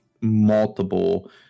multiple